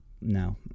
no